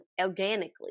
organically